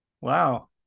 Wow